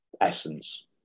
essence